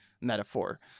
metaphor